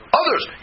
others